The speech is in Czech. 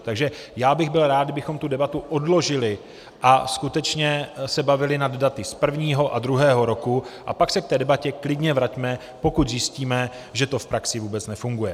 Takže bych byl rád, kdybychom tu debatu odložili a skutečně se bavili nad daty z prvního a druhého roku, a pak se k té debatě klidně vraťme, pokud zjistíme, že to v praxi vůbec nefunguje.